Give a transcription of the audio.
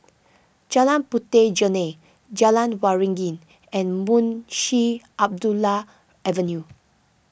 Jalan Puteh Jerneh Jalan Waringin and Munshi Abdullah Avenue